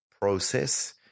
process